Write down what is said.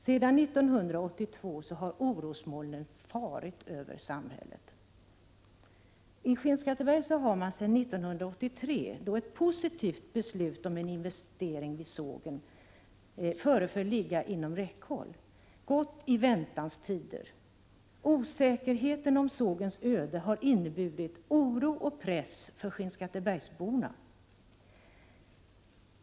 Sedan 1982 har orosmolnen vilat över samhället. I Skinnskatteberg har man sedan 1983, då ett positivt beslut om investering vid sågen föreföll ligga inom räckhåll, gått i väntans tider. Osäkerheten om sågens öde har inneburit oro och press för skinnskattebergsborna.